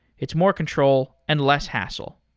it's more control and less hassle.